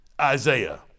Isaiah